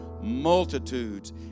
multitudes